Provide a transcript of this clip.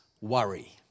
worry